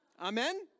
Amen